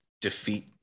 defeat